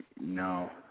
no